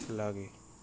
লাগে